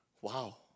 Wow